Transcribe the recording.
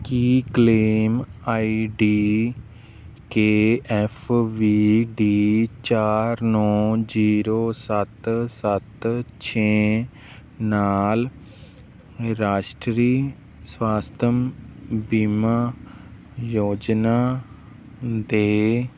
ਕੀ claim ID K F V D ਚਾਰ ਨੌਂ zero ਸੱਤ ਸੱਤ ਛੇ ਨਾਲ ਰਾਸ਼ਟਰੀ ਸਵਾਸਥਮ ਬੀਮਾ ਯੋਜਨਾ ਦੇ